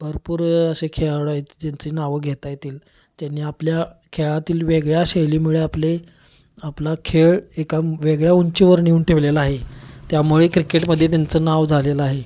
भरपूर असे खेळाडू आहेत ज्यांची नावं घेता येतील त्यांनी आपल्या खेळातील वेगळ्या शैलीमुळे आपले आपला खेळ एका वेगळ्या उंचीवर नेऊन ठेवलेला आहे त्यामुळे क्रिकेटमध्ये त्यांचं नाव झालेलं आहे